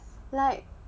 like